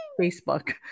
Facebook